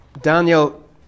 Daniel